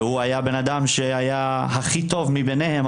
הוא היה בן אדם שהיה הכי טוב ביניהם.